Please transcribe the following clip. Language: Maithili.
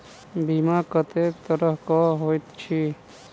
बीमा कत्तेक तरह कऽ होइत छी?